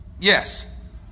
Yes